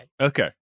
Okay